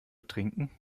trinken